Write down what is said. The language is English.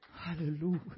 Hallelujah